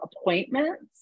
appointments